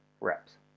reps